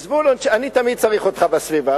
זבולון, אני תמיד צריך אותך בסביבה.